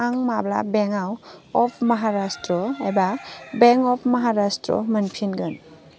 आं माब्ला बेंकआव अफ महाराष्ट्र एबा बेंक अफ महाराष्ट्र आव मोनफिनगोन